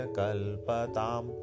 kalpatam